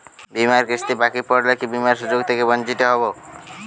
বিমার কিস্তি বাকি পড়লে কি বিমার সুযোগ থেকে বঞ্চিত হবো?